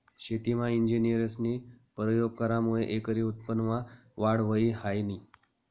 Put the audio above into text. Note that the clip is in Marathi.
शेतीमा इंजिनियरस्नी परयोग करामुये एकरी उत्पन्नमा वाढ व्हयी ह्रायनी